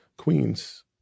Queens